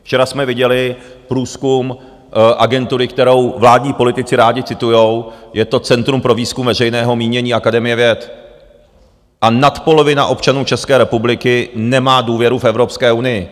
Včera jsme viděli průzkum agentury, kterou vládní politici rádi citují, je to Centrum pro výzkum veřejného mínění Akademie věd, a nadpolovina občanů České republiky nemá důvěru v Evropskou unii.